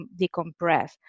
decompress